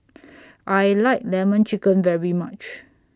I like Lemon Chicken very much